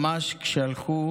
ממש כשהלכו